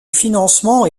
financement